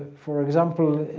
for example,